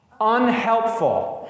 unhelpful